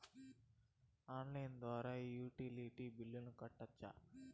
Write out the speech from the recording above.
Online ద్వారా utility బిల్లులను కట్టొచ్చా?